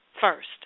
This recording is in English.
first